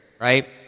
right